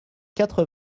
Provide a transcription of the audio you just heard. quatre